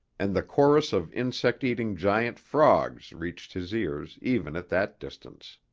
and the chorus of insect-eating giant frogs reached his ears even at that distance.